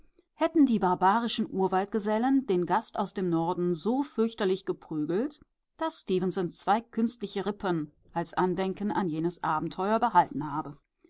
hätten die barbarischen urwaldsgesellen den gast aus dem norden so fürchterlich geprügelt daß stefenson zwei künstliche rippen als andenken an jenes abenteuer behalten habe